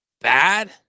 bad